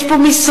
יש פה משרדים,